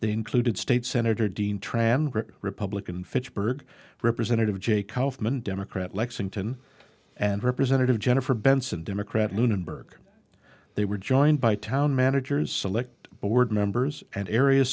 they included state senator dean tran republican fitchburg representative jake housman democrat lexington and representative jennifer benson democrat lunenburg they were joined by town managers select board members and area